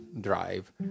drive